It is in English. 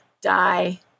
die